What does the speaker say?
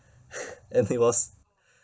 and it was